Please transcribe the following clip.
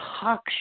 talk